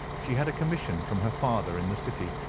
she had a commission from her father in the city,